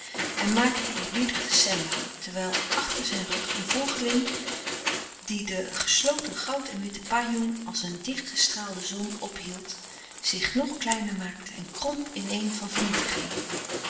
en maakte eerbiedig de semba terwijl achter zijn rug louis couperus de stille kracht een volgeling die de gesloten goud en witten pajong als een dichtgestraalde zon ophield zich nog kleiner maakte en kromp in-een van vernietiging